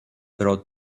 brought